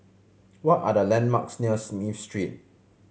what are the landmarks near Smith Street